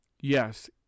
yes